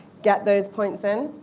get those points in,